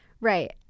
right